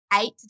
eight